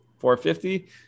450